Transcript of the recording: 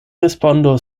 respondo